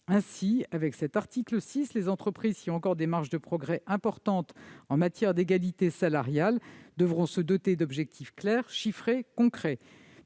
Ainsi, avec cet article, les entreprises qui ont encore des marges importantes de progrès en matière d'égalité salariale devront se doter d'objectifs clairs, chiffrés et concrets.